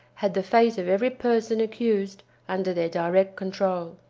had the fate of every person accused under their direct control.